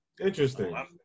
Interesting